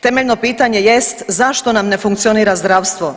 Temeljno pitanje jest zašto nam ne funkcionira zdravstvo?